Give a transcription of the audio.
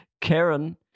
karen